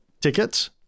tickets